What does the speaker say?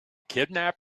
kidnap